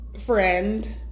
Friend